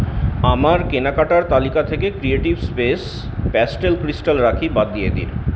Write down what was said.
আমার কেনাকাটার তালিকা থেকে creative space pastel crystal rakhi বাদ দিয়ে দিন